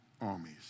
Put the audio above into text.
armies